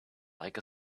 like